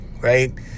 right